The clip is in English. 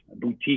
boutique